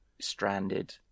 stranded